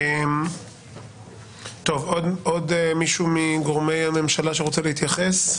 עוד מישהו שמגורמי הממשלה שרוצה להתייחס?